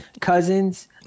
Cousins